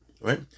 Right